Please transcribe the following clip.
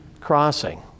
crossing